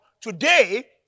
today